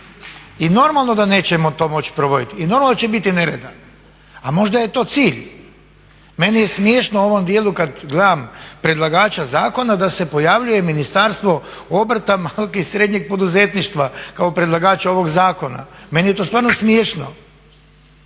I normalno da nećemo to moći provoditi, i normalno da će biti nereda. A možda je to cilj. Meni je smiješno u ovom dijelu kad gledam predlagatelja zakona da se pojavljuje Ministarstvo obrta, malog i srednjeg poduzetništva kao predlagatelj ovog zakona, meni je to stvarno smiješno.